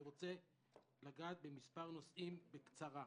אני רוצה לגעת במספר נושאים בקצרה.